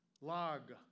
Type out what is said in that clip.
Log